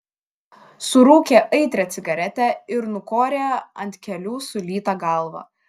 surūkė aitrią cigaretę ir nukorė ant kelių sulytą galvą